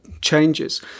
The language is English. changes